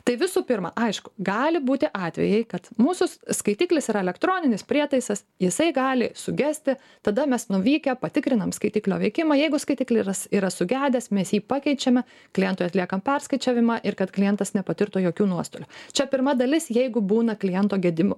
tai visų pirma aišku gali būti atvejai kad mūsų skaitiklis yra elektroninis prietaisas jisai gali sugesti tada mes nuvykę patikrinam skaitiklio veikimą jeigu skaitiklis yra sugedęs mes jį pakeičiame klientui atliekam perskaičiavimą ir kad klientas nepatirtų jokių nuostolių čia pirma dalis jeigu būna kliento gedimo